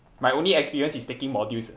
my only experience is taking modules